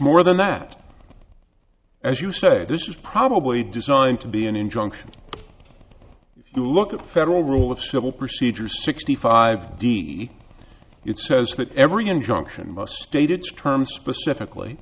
more than that as you say this is probably designed to be an injunction if you look at federal rule of civil procedure sixty five d d it says that every injunction must stated terms specifically